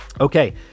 Okay